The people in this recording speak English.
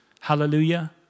Hallelujah